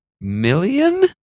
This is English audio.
million